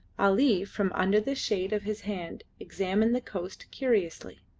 ali from under the shade of his hand examined the coast curiously.